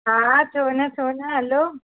हा छो न छो न हलो